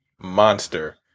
monster